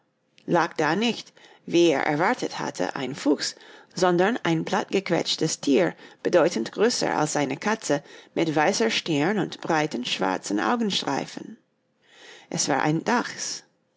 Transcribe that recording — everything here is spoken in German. lag da nicht wie er erwartet hatte ein fuchs sondern ein plattgequetschtes tier bedeutend größer als eine katze mit weißer stirn und breiten schwarzen augenstreifen es war ein dachs